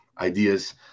ideas